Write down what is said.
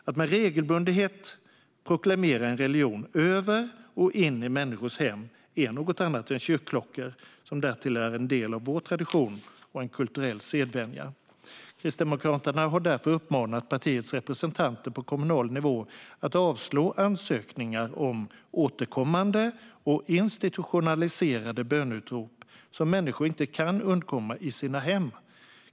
Att med regelbundenhet proklamera en religion över och in i människors hem är något annat än kyrkklockor, som därtill är del av vår tradition och en kulturell sedvänja. Kristdemokraterna har därför uppmanat partiets representanter på kommunal nivå att avslå ansökningar om återkommande och institutionaliserade böneutrop som människor inte kan undkomma i sina hem.